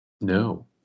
No